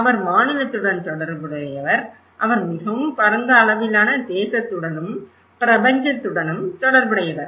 அவர் மாநிலத்துடன் தொடர்புடையவர் அவர் மிகவும் பரந்த அளவிலான தேசத்துடனும் பிரபஞ்சத்துடனும் தொடர்புடையவர்